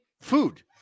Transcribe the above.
food